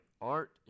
art